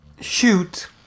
Shoot